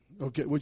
Okay